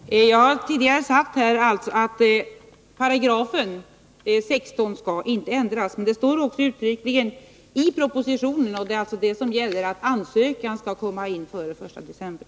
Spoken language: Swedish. Herr talman! Jag har tidigare sagt att 16 § inte skall ändras. Det står också uttryckligen i propositionen, och det är alltså det som gäller, att ansökan skall komma in före den 1 december.